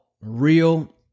real